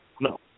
No